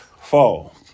fall